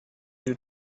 you